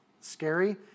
scary